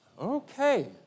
okay